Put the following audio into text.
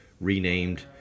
renamed